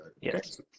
Yes